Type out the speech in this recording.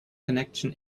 connection